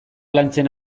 lantzen